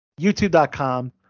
youtube.com